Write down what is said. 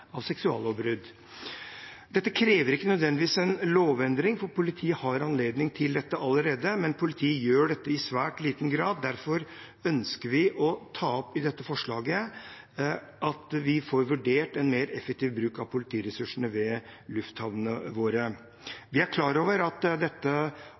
dette allerede, men politiet gjør dette i svært liten grad. Derfor ønsker vi å ta opp i dette forslaget at vi får vurdert en mer effektiv bruk av politiressursene ved lufthavnene